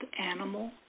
animal